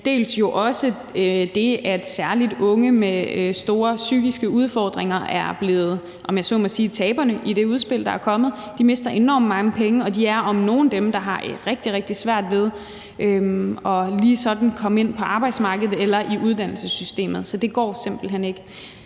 dels er særlig unge med store psykiske udfordringer blevet taberne i det udspil, der er kommet. De mister enormt mange penge, og det er om nogen dem, der har rigtig, rigtig svært ved lige sådan at komme ind på arbejdsmarkedet eller ind i uddannelsessystemet. Så det går simpelt hen ikke.